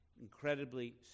Incredibly